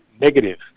negative